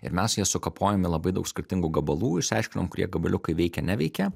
ir mes jas sukapojom į labai daug skirtingų gabalų išsiaiškinom kurie gabaliukai veikia neveikia